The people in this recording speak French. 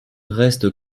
reste